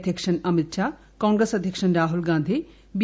അധ്യക്ഷൻ അമിത് ഷാ കോൺഗ്രസ്സ് അധ്യക്ഷൻ രാഹുൽഗാന്ധി ബി